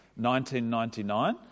1999